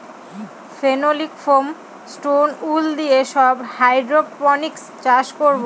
phenolic foam, stone wool দিয়ে সব hydroponics চাষ করাবো